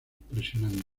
presionando